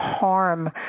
harm